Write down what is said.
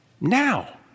Now